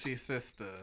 sister